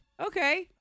Okay